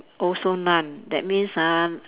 also none that means ah